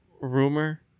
rumor